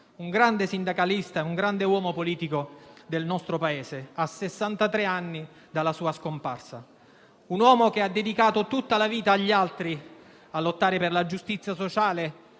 un grande sindacalista, un grande politico del nostro Paese, a sessantatré anni dalla sua scomparsa. Costui ha dedicato tutta la vita agli altri, alla lotta per la giustizia sociale